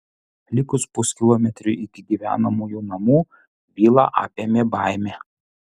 likus puskilometriui iki gyvenamųjų namų vilą apėmė baimė